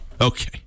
Okay